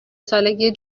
سالگی